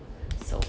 so